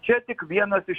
čia tik vienas iš